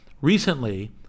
Recently